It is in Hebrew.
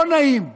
לא נעים "לחזר",